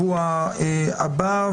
לשבוע הבא.